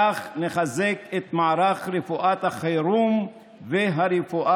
כך נחזק את מערך רפואת החירום והרפואה